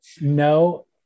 No